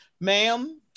ma'am